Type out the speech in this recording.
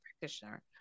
practitioner